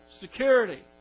security